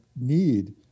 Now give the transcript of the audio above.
need